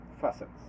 facets